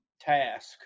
task